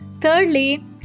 Thirdly